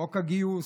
חוק הגיוס.